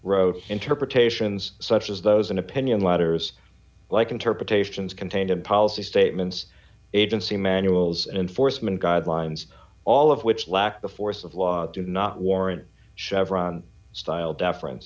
wrote interpretations such as those in opinion letters like interpretations contained in policy statements agency manuals enforcement guidelines all of which lacks the force of law do not warrant chevron style deference